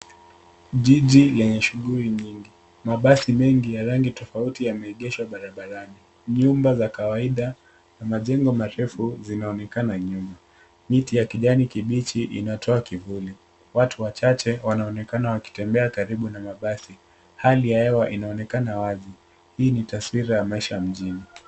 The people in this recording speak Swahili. Jiji lenye shughuli nyingi. Mabasi mengi ya rangi tofauti yameegeshwa barabarani. Nyumba za kawaida na majengo marefu zinaonekana nyuma. Miti ya kijani kibichi inatoa kivuli. Watu wachache wanaonekana wakitembea karibu na mabasi. Hali ya hewa inaonekana wazi. Hii ni taswira ya maisha ya mjini.